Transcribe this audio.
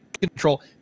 Control